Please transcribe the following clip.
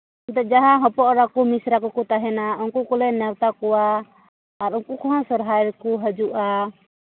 ᱡᱟᱦᱟᱸ ᱦᱚᱯᱚᱱᱮᱨᱟ ᱢᱤᱥᱨᱟ ᱠᱚᱠᱚ ᱛᱟᱦᱮᱱᱟ ᱩᱱᱠᱩ ᱠᱚᱞᱮ ᱱᱮᱣᱛᱟ ᱠᱚᱣᱟ ᱟᱨ ᱩᱱᱠᱩ ᱠᱚᱦᱚᱸ ᱥᱚᱦᱚᱨᱟᱭ ᱨᱮᱠᱚ ᱦᱟᱡᱩᱜᱼᱟ